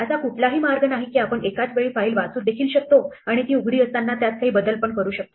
असा कुठलाही मार्ग नाही की आपण एकाच वेळी फाईल वाचू देखील शकतो आणि ती उघडी असताना त्यात काही बदल पण करू शकतो